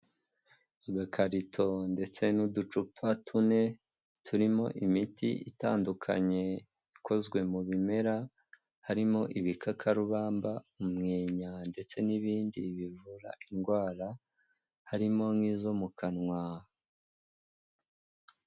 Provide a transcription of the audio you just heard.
Agakarito ndetse n'uducupa tune turimo imiti itandukanye ikozwe mu bimera, harimo ibikakarubamba, umwenya ndetse n'ibindi bivura indwara, harimo nk'izo mu kanwa.